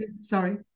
Sorry